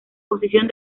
posición